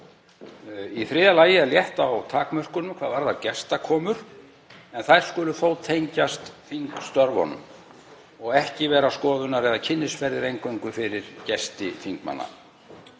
Í þriðja lagi er létt á takmörkunum hvað varðar gestakomur. Þær skulu þó tengjast þingstörfunum og ekki vera skoðunar- eða kynnisferðir eingöngu fyrir gesti þingmanna.